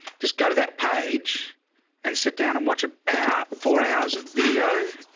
just go to that page and sit down and watch about four hours of video.